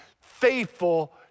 faithful